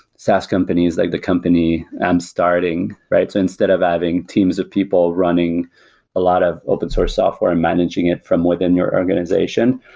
saas companies, like the company i'm starting, right? instead of having teams of people running a lot of open source software and managing it from within your organization,